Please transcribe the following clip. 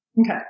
Okay